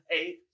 eight